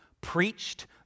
preached